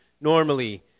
normally